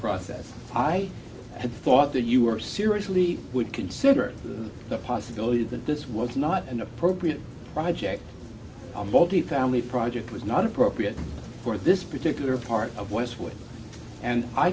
process i had thought that you are seriously would consider the possibility that this was not an appropriate project multifamily project was not appropriate for this particular part of west wing and i